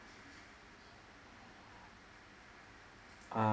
uh